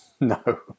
No